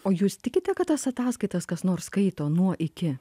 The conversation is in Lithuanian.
o jūs tikite kad tas ataskaitas kas nors skaito nuo iki